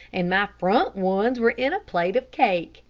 and my front ones were in a plate of cake,